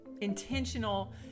intentional